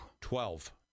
Twelve